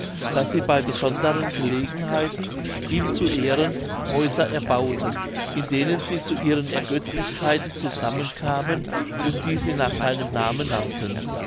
daß sie bei besonderen gelegenheiten ihm zu ehren häuser erbauten in denen sie zu ihren ergötzlichkeiten zusammenkamen und die sie nach seinem namen nannten